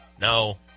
No